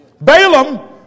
Balaam